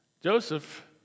Joseph